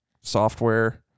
software